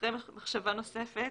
אחרי מחשבה נוספת,